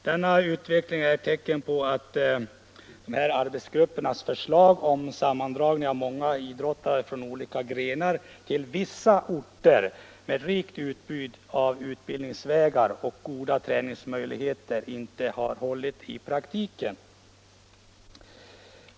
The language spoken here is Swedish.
Denna utveckling är ett tecken på att arbetsgruppens förslag om sammandragning av många idrottare från olika grenar till vissa orter med rikt utbud av utbildningsvägar och goda träningsmöjligheter inte hållit i praktiken.